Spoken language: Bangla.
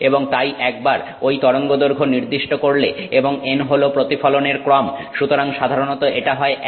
এবং তাই একবার ঐ তরঙ্গদৈর্ঘ্য নির্দিষ্ট করলে এবং n হল প্রতিফলনের ক্রম সুতরাং সাধারণত এটা হয় 1